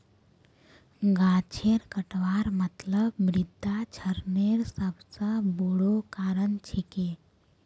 गाछेर कटवार मतलब मृदा क्षरनेर सबस बोरो कारण छिके